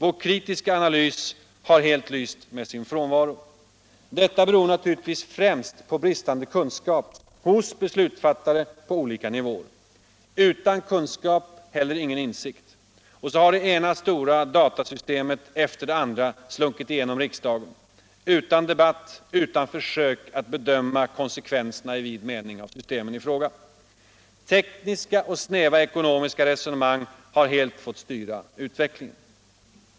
Vår kritiska analys har helt lyst med sin frånvaro. Detta beror naturligtvis främst på bristande kunskap hos beslutsfattare på olika nivåer. Utan kunskap heller ingen insikt. Så har det ena stora datasystemet efter det andra slunkit genom riksdagen utan debatt, utan försök att bedöma konsekvenserna i vid mening av systemen i fråga. Tekniska och snäva ekonomiska resonemang har helt fått styra utvecklingen.